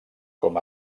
com